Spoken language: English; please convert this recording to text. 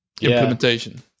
implementation